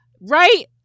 Right